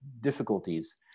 difficulties